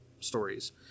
stories